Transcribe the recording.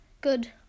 good